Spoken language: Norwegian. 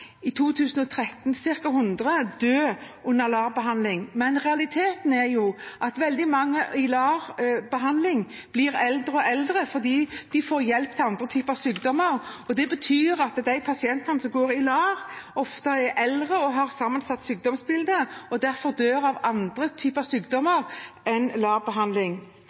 i 2013 ca. 100 – dør under LAR-behandling. Men realiteten er at veldig mange i LAR-behandling blir eldre og eldre fordi de får hjelp med andre typer sykdommer. De pasientene som får LAR-behandling, er derfor ofte eldre og har et sammensatt sykdomsbilde og dør derfor av andre typer sykdommer.